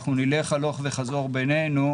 אנחנו נלך הלוך וחזור בינינו,